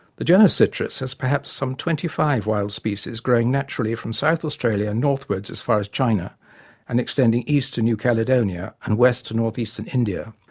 the genus citrus has perhaps some twenty five wild species growing naturally from south australia northwards as far as china and extending east to new caledonia and west to north-eastern india,